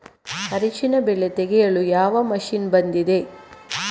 ಅರಿಶಿನ ಬೆಳೆ ತೆಗೆಯಲು ಯಾವ ಮಷೀನ್ ಬಂದಿದೆ?